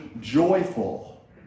joyful